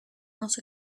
not